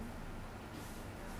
I give up I give up